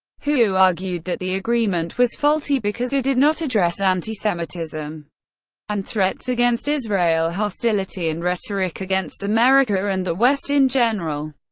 who argued that the agreement was faulty, because it did not address anti-semitism and threats against israel, hostility and rhetoric against america and the west in general,